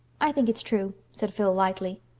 i think it's true, said phil lightly.